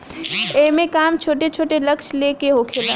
एईमे काम छोट छोट लक्ष्य ले के होखेला